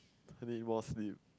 I need more sleep